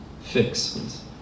fix